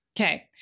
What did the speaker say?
Okay